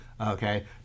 okay